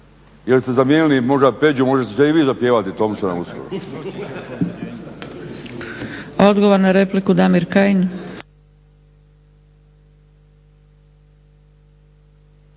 jer ste zamijenili možda Peđu, možda ćete i vi zapjevati Tompsona uskoro.